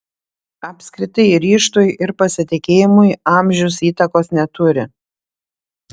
apskritai ryžtui ir pasitikėjimui amžius įtakos neturi